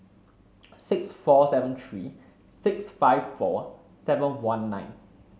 six four seven three six five four seven one nine